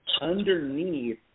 underneath